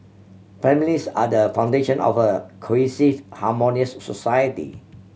families are the foundation of a cohesive harmonious society